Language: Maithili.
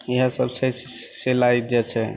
इएहसब जे छै सि सिलाइ जे छै